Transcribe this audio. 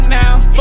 now